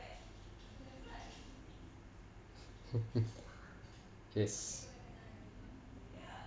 yes